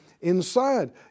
inside